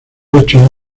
ocho